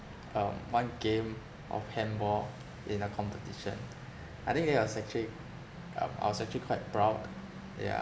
um one game of handball in a competition I think that was actually um I was actually quite proud yeah